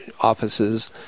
offices